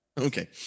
Okay